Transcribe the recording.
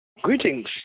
Greetings